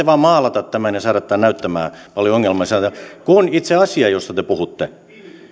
vain maalata tämän ja saada tämän näyttämään paljon ongelmallisemmalta kun itse asiassa josta te te puhutte